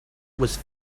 was